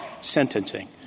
sentencing